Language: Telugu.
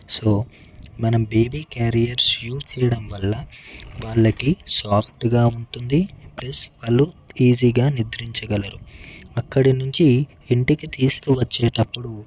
సో మనం బేబీ క్యారియర్స్ యూజ్ చేయడం వల్ల వాళ్ళకి సాఫ్ట్గా ఉంటుంది ప్లస్ వాళ్ళు ఈజీగా నిద్రించగలరు అక్కడి నుంచి ఇంటికి తీసుకువచ్చేటప్పుడు